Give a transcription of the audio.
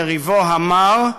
יריבו המר,